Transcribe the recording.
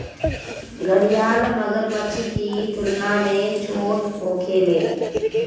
घड़ियाल मगरमच्छ की तुलना में छोट होखेले